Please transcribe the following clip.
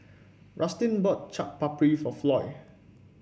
Rustin bought Chaat Papri for Floy